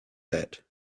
that